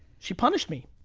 she punished me.